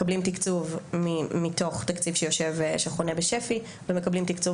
מקבלים תקצוב מתוך תקציב שחונה בשפ"י ומקבלים תקצוב